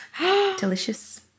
delicious